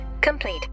complete